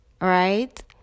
right